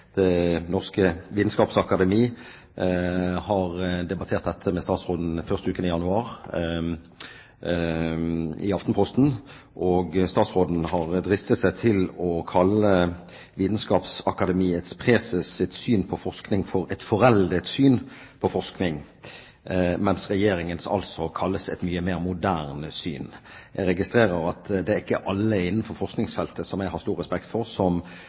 Det Norske Videnskaps-Akademi har debattert dette med statsråden i Aftenposten første uken i januar. Og statsråden har dristet seg til å kalle Vitenskapsakademiets preses’ syn på forskning for «et foreldet syn på forskning», mens Regjeringens syn kalles et mye mer «moderne syn». Jeg registrerer at det ikke er alle innenfor forskningsfeltet – som jeg har stor respekt for – som